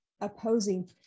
opposing